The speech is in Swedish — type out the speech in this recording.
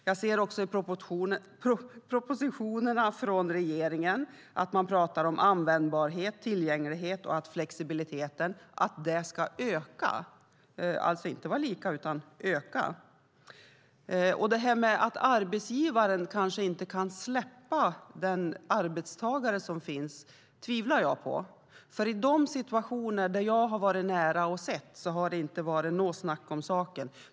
Jag ser också i propositionerna från regeringen att man pratar om användbarhet, tillgänglighet och att flexibiliteten ska öka - inte vara lika utan öka. Att arbetsgivaren kanske inte vill släppa arbetstagaren tvivlar jag på. I de situationer som jag har sett på nära håll har det inte varit något snack om saken.